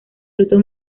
fruto